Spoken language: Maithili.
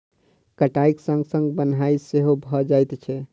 कटाइक संग संग बन्हाइ सेहो भ जाइत छै